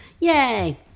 Yay